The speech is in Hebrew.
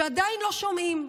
שעדיין לא שומעים.